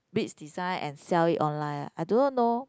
beads design and sell it online ah I do not know